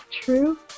True